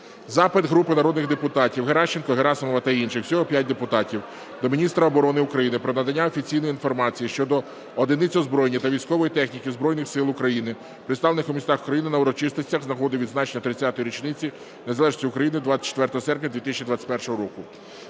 Запит групи народних депутатів (Геращенко, Герасимова та інших. Всього 5 депутатів) до міністра оборони України про надання офіційної інформації щодо одиниць озброєння та військової техніки Збройних сил України, представлених у містах України на урочистостях з нагоди відзначення 30-ї річниці незалежності України 24 серпня 2021 року.